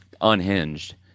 unhinged